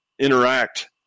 interact